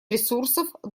ресурсов